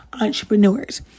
entrepreneurs